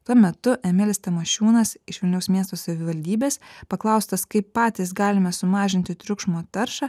tuo metu emilis tamošiūnas iš vilniaus miesto savivaldybės paklaustas kaip patys galime sumažinti triukšmo taršą